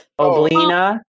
Oblina